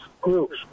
groups